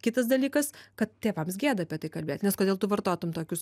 kitas dalykas kad tėvams gėda apie tai kalbėt nes kodėl tu vartotum tokius